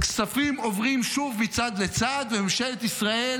כספים עוברים שוב מצד לצד וממשלת ישראל